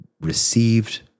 received